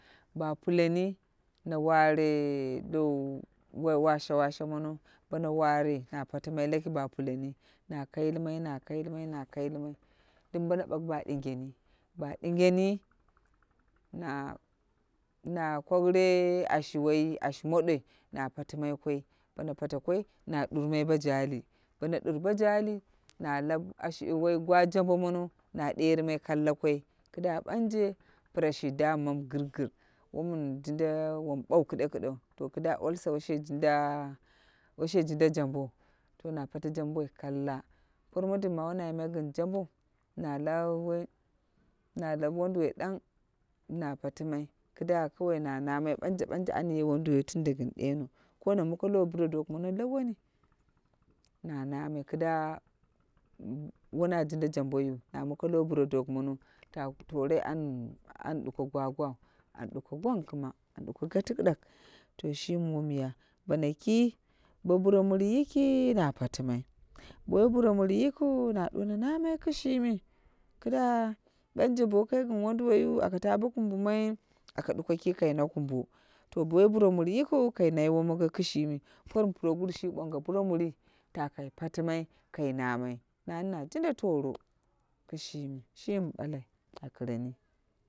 Ba puleni na ware lo washa washa mono bono ware na patimai la ki ba puleni na kailimai na kailimai na kailimai doim bono baki ba ɗingeni, ba ɗingeni na kwaune ashi woi ashi moɗoi na patimai koi bono patekoi na ɗurmoi bojali. Bo no ɗur boj ala na lau gwa jambo mono na ɗerimai kalla koi kida ɓanje pra shi dammamu girgɨt wo min jinda wom ɓwau kiɗe kiɗe to kida ulcer woshe jinda jambou na pala jamnboi kalla. Par mon din ma wo na yimai gin jambou na lau woi na lau wanduwoi ɗang na patimai kida kawai na namai ɓanje ɓanje an ye wonduwoi tunda gin ɗeno ko na muko lo luro dok mono lowoni na nanami kida wona jinda jamboiyu na muke lo burodok mono tak yoro an an duko gwa- gwau and duko gwang kuma and duko gatɨblak. To shimi wom ya bono ki bo buro murui yiki na patimai. Bo woi buro muwui yikiu na duwono namai kishimi. Kida banje bo kai gin wonduwoiyu aka ta bo kunbumai aka duko ki kai na kumbo to bo woi buro murui yi kiu kai na wonongo kishimi por mu puroguru shi bonga buromurui ta kai patimai kai namai. Nani na jinda toro. Kishimi shimi ɓalai. A kireni.